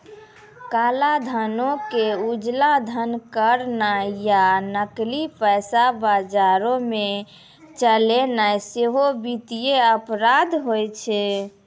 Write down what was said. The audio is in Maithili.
काला धनो के उजला धन करनाय या नकली पैसा बजारो मे चलैनाय सेहो वित्तीय अपराध होय छै